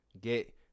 Get